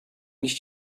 nicht